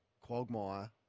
quagmire